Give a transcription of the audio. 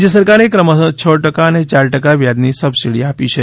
રાજ્ય સરકારે ક્રમશઃ છ ટકા અને ચાર ટકા વ્યાજની સબસિડી આપી છે